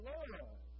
Lord